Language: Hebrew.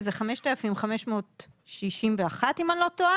שהוא 5,561 שקלים אם אני לא טועה,